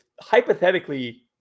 hypothetically